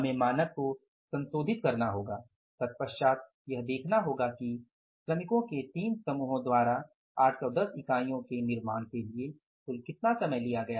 हमें मानक को संशोधित करना होगा तत्पश्चात यह देखना होगा कि श्रमिकों के 3 समूहों द्वारा 810 इकाइयों के निर्माण के लिए कुल कितना समय लिया गया